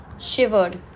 shivered